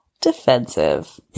defensive